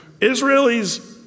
Israelis